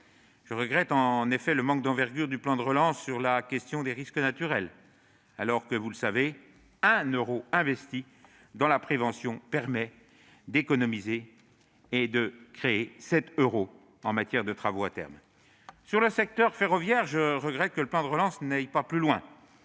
Je regrette en effet le manque d'envergure du plan de relance sur la question des risques naturels, alors que, vous le savez, un euro investi dans la prévention permet d'économiser à terme sept euros de travaux. Sur le secteur ferroviaire, je regrette que le plan de relance n'aille pas plus loin.